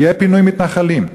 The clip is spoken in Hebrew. יהיה פינוי מתנחלים.